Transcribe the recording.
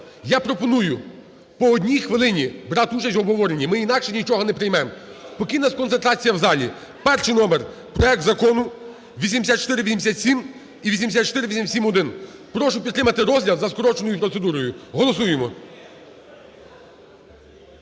Я пропоную по 1 хвилині брати участь в обговоренні, ми інакше нічого не приймемо. Поки в нас концентрація в залі, перший номер – проект Закону 8487 і 8487-1. Прошу підтримати розгляд за скороченою процедурою. Голосуємо.